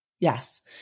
Yes